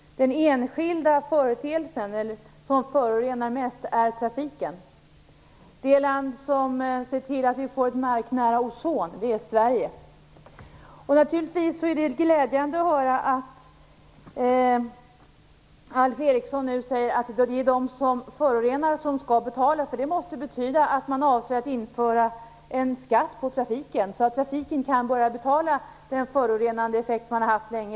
Den enskilda företeelse som förorenar mest är trafiken. Det land som ser till att vi får ett marknära ozon är Sverige. Naturligtvis är det glädjande att höra att Alf Eriksson nu säger att det är de som förorenar som skall betala. Det måste betyda att man avser att införa en skatt på trafiken, så att trafiken kan börja betala för den förorenande effekt den länge har fört med sig.